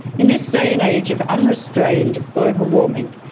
in this day and age of unrestrained global warming,